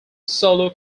solo